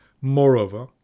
Moreover